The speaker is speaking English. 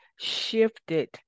shifted